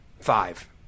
Five